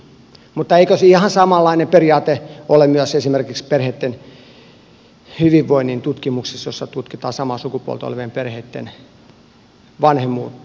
mutta eikö ihan samanlainen periaate ole myös esimerkiksi perheitten hyvinvoinnin tutkimuksissa joissa tutkitaan samaa sukupuolta olevien perheitten vanhemmuutta